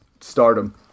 stardom